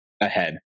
ahead